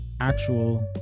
actual